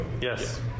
Yes